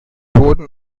wurden